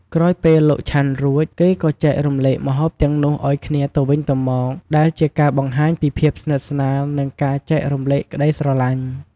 ក្រោយពេលលោកឆាន់រួចហើយ គេក៏ចែករំលែកម្ហូបទាំងនោះឲ្យគ្នាទៅវិញទៅមក ដែលជាការបង្ហាញពីភាពស្និតស្នាល និងការចែករំលែកក្ដីស្រឡាញ់។